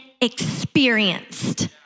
experienced